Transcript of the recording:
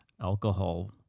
alcohol